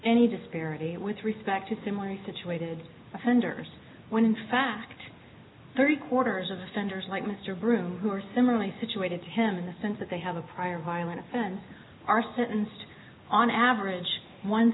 any disparity with respect to similarly situated offenders when in fact three quarters of offenders like mr bruno who are similarly situated to him in the sense that they have a prior violent offense are sentenced on average